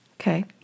Okay